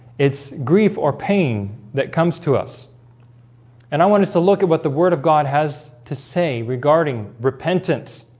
it's grief or pain that comes to us and i want us to look at what the word of god has to say regarding repentance.